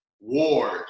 Ward